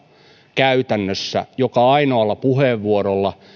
käytännössä joka ainoalla puheenvuorolla